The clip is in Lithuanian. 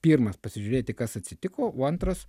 pirmas pasižiūrėti kas atsitiko o antras